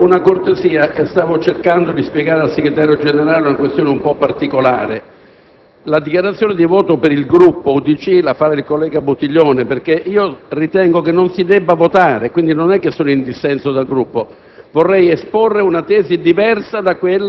Presidente, stavo cercando di spiegare al Segretario generale una questione un po' particolare. La dichiarazione di voto per il Gruppo UDC la farà il collega Buttiglione perché io ritengo che non si debba votare e quindi non è che sono in dissenso dal Gruppo: